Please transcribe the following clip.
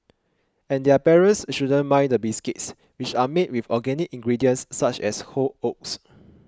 and their parents shouldn't mind the biscuits which are made with organic ingredients such as whole oats